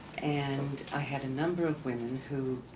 and i had a number of women who